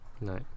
No